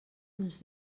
uns